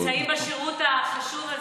בשירות החשוב הזה,